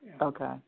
Okay